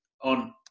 on